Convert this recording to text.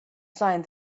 sign